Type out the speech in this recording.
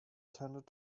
tended